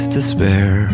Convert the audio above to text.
despair